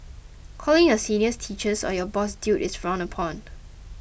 calling your seniors teachers or your boss dude is frowned upon